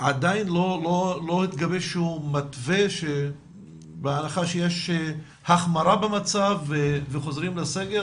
עדיין לא התגבש איזשהו מתווה בהנחה שיש החמרה במצב וחוזרים לסגר.